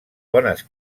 bones